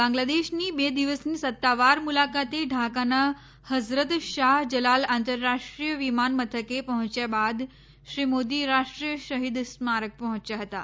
બાંગ્લાદેશની બે દિવસની સત્તાવાર મુલાકાતે ઢાકાનાં હઝરત શાહ જલાલ આંતરરાષ્ટ્રીય વિમાન મથકે પહોંચ્યા બાદ શ્રી મોદી રાષ્ટ્રીય શહિદ સ્મારક પહોંચ્યા હતાં